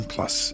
Plus